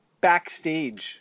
backstage